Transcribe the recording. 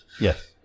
Yes